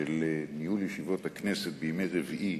של ניהול ישיבות הכנסת בימי רביעי,